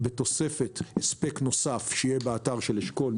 בתוספת הספק נוסף שיהיה באתר של אשכול.